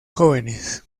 jóvenes